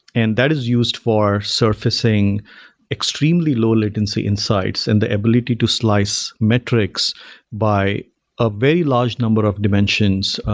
and that is used for surfacing extremely low latency in sites and the ability to slice metrics by a very large number of dimensions,